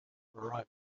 arriving